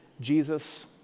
Jesus